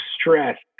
stress